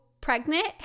pregnant